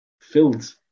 filled